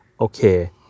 okay